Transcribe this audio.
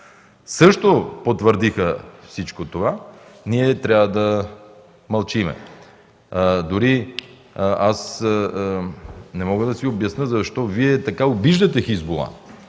също потвърдиха всичко това, ние трябва да мълчим?! Аз не мога да си обясня защо Вие така обиждате „Хизбула”,